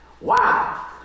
Wow